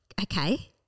Okay